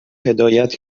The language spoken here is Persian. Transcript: هدایت